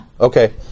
Okay